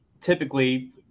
typically